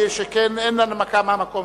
שכן אין הנמקה מהמקום.